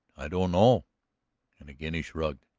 i dunno, and again he shrugged.